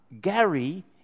Gary